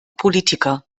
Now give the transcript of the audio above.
politiker